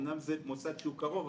אמנם זה מוסד שהוא קרוב,